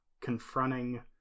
confronting